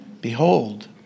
Behold